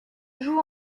joue